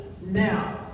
now